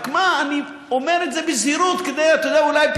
רק מה, אני אומר את זה בזהירות, אולי,